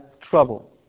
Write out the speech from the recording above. trouble